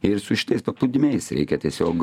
ir su šitais paplūdimiais reikia tiesiog